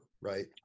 right